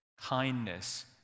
kindness